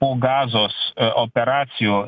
po gazos operacijų